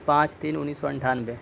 پانچ تین انیس سو اٹھانوے